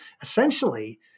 essentially